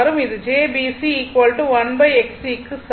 இது jBC 1 XC க்கு சமம்